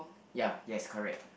ya yes correct